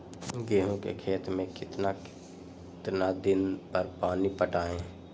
गेंहू के खेत मे कितना कितना दिन पर पानी पटाये?